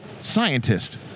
Scientist